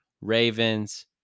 ravens